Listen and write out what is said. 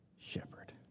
shepherd